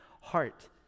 heart